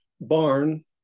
barn